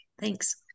Thanks